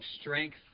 strength